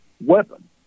weapon